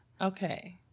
Okay